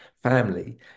family